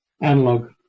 analog